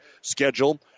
Schedule